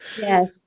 Yes